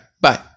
Bye